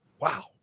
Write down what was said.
Wow